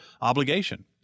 obligation